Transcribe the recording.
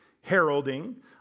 heralding